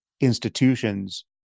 institutions